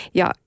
ja